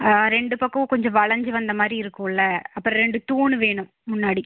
ரெண்டு பக்கமும் கொஞ்சம் வளைஞ்சி வந்த மாதிரி இருக்கும்ல அப்புறம் ரெண்டு தூண் வேணும் முன்னாடி